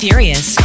Furious